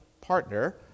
partner